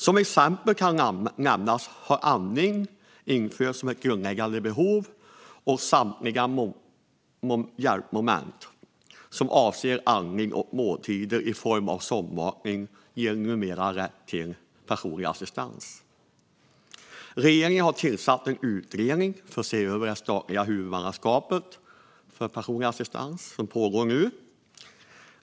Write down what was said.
Som exempel kan nämnas att andning har införts som ett grundläggande behov och att samtliga hjälpmoment som avser andning och måltider i form av sondmatning numera ger rätt till personlig assistans. Regeringen har tillsatt en utredning för att se över ett statligt huvudmannaskap för personlig assistans. Den pågår nu.